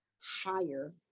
higher